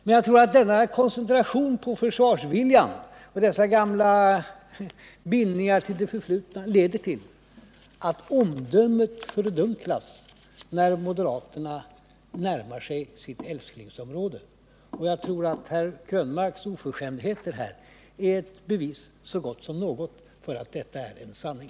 Men denna koncentration på försvarsviljan och dessa gamla bindningar till det förflutna leder till att omdömet fördunklas när moderaterna närmar sig sitt älsklingsområde. Jag tror att herr Krönmarks oförskämdheter här är ett bevis så gott som något för att detta är en sanning.